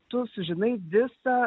tu sužinai visą